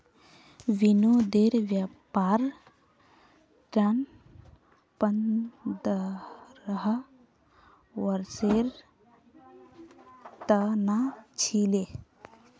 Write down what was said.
विनोदेर व्यापार ऋण पंद्रह वर्षेर त न छिले